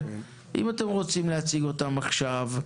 אתם רוצים להציג אותן עכשיו,